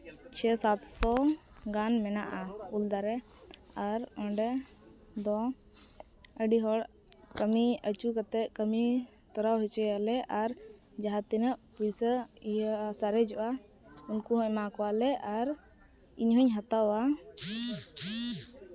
ᱪᱷᱮᱭ ᱥᱟᱛᱥᱚ ᱜᱟᱱ ᱢᱮᱱᱟᱜᱼᱟ ᱩᱞ ᱫᱟᱨᱮ ᱟᱨ ᱚᱸᱰᱮ ᱫᱚ ᱟᱹᱰᱤ ᱦᱚᱲ ᱠᱟᱹᱢᱤ ᱟᱹᱪᱩ ᱠᱟᱛᱮᱫ ᱠᱟᱹᱢᱤ ᱛᱚᱨᱟᱣ ᱦᱚᱪᱚᱭᱟᱞᱮ ᱟᱨ ᱤᱭᱟᱹ ᱡᱟᱦᱟᱸ ᱛᱤᱱᱟᱹᱜ ᱯᱩᱭᱥᱟᱹ ᱥᱟᱨᱮᱡᱚᱜᱼᱟ ᱩᱱᱠᱩ ᱦᱚᱸ ᱮᱢᱟ ᱠᱚᱣᱟᱞᱮ ᱟᱨ ᱤᱧᱦᱚᱸᱧ ᱦᱟᱛᱟᱣᱟ